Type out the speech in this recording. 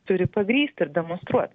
turi pagrįsti ir demonstruot